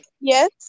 Yes